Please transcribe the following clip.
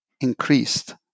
increased